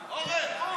(תיקון מס' 55) (היוועדות חזותית),